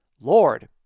Lord